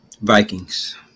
Vikings